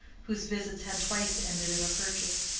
whose visits had twice ended in a purchase.